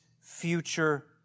future